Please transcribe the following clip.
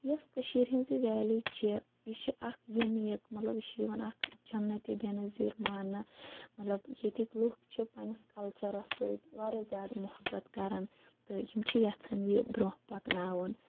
یۄس کٔشیٖر ہٕنٛز یہِ ویلی چھِ یہِ چھِ اَکھ یونیٖک مَطلَب یہِ چھ یِوان اکھ جَنّتہِ بے نظیٖر ماننہٕ مَطلَب ییٚتِکۍ لُکھ چھِ پَننِس کَلچَرَس سۭتۍ واریاہ زیادٕ محبَت کَران تہٕ یِم چھِ یَژھان یہِ برونٛہہ پَکناوُن